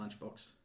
lunchbox